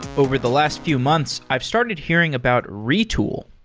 over the last few months, i've started hearing about retool.